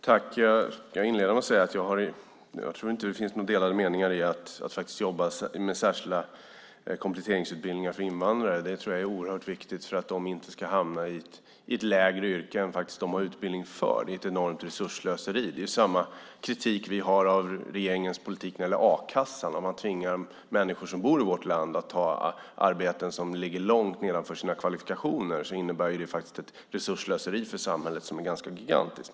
Fru talman! Jag kan inleda med att säga att jag inte tror att det finns några delade meningar kring att jobba med särskilda kompletteringsutbildningar för invandrare. Det tror jag är oerhört viktigt för att de inte ska hamna i ett lägre yrke än vad de faktiskt har utbildning för. Det är ett enormt resursslöseri. Det är för övrigt samma kritik som vi har av regeringens politik när det gäller a-kassan: att man tvingar människor som bor i vårt land att ta arbeten som ligger långt nedanför deras kvalifikationer innebär faktiskt ett resursslöseri för samhället som är ganska gigantiskt.